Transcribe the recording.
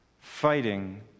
fighting